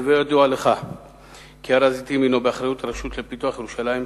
להווי ידוע לך כי הר-הזיתים הינו באחריות הרשות לפיתוח ירושלים,